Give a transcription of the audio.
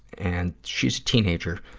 and, she's a teenager.